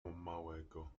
małego